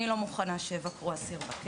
אני לא מוכנה שהן יבקרו את אבא שלהן כאסיר בכלא.